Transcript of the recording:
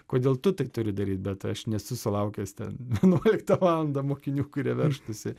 kodėl tu tai turi daryt bet aš nesu sulaukęs ten vienuoliktą valandą mokinių kurie veržtųsi